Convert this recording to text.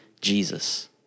Jesus